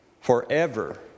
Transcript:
forever